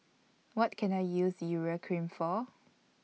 What Can I use Urea Cream For